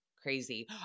Crazy